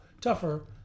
tougher